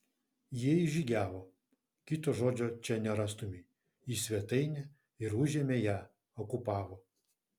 jie įžygiavo kito žodžio čia nerastumei į svetainę ir užėmė ją okupavo